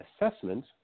assessment